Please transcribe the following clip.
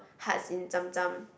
hearts in Tsum-Tsum